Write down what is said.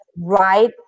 right